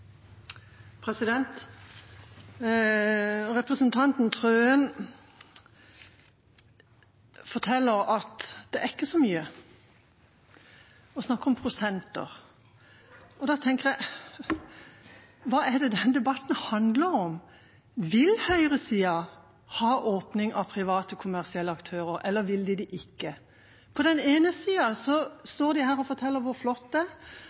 ikke så mye, og snakker om prosenter. Da tenker jeg: Hva er det da denne debatten handler om? Vil høyresiden ha åpning for private, kommersielle aktører, eller vil de ikke? På den ene siden står de her og forteller hvor flott det er,